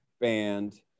band